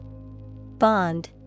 Bond